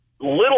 little